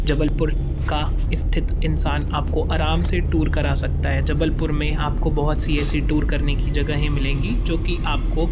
जबलपुर का स्थित इंसान आपको आराम से टूर करा सकता है जबलपुर में आपको बहुत सी ऐसी टूर करने की जगाहें मिलेंगी जोकि आपको